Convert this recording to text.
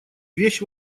вещь